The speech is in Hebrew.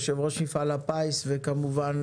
יושב-ראש מפעל הפיס וכמובן,